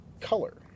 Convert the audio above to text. color